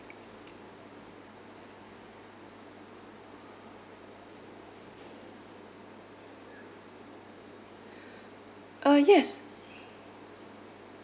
uh yes